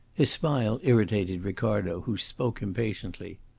his smile irritated ricardo, who spoke impatiently.